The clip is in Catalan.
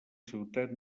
ciutat